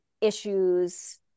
issues